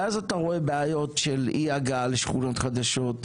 ואז אתה רואה בעיות של אי הגעה לשכונות חדשות,